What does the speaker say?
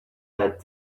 said